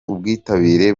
ubwitabire